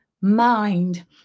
mind